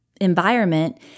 environment